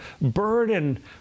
burden